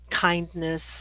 kindness